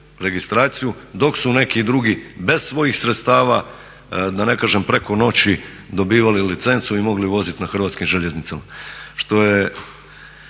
registraciju, dok su neki drugi bez svojih sredstava, da ne kažem preko noći dobivali licencu i mogli voziti na hrvatskim željeznicama.